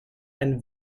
and